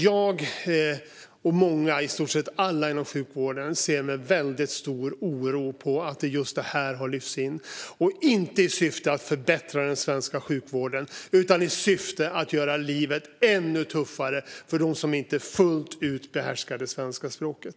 Jag och i stort sett alla inom sjukvården ser med stor oro på att just detta har lyfts in, och det har inte skett i syfte att förbättra den svenska sjukvården utan i syfte att göra livet ännu tuffare för dem som inte fullt ut behärskar det svenska språket.